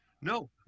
No